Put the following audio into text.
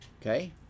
Okay